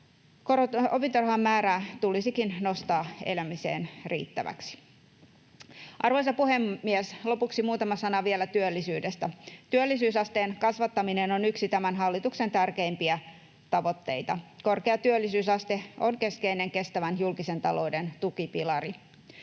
Opintorahan määrää tulisikin nostaa elämiseen riittäväksi. Arvoisa puhemies! Lopuksi muutama sana vielä työllisyydestä. Työllisyysasteen kasvattaminen on yksi tämän hallituksen tärkeimpiä tavoitteita. Korkea työllisyysaste on keskeinen kestävän julkisen talouden tukipilari.